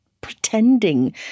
pretending